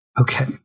Okay